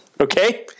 okay